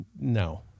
No